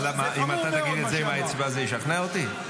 אבל אם אתה תגיד את זה עם האצבע זה ישכנע אותי?